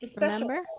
remember